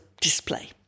display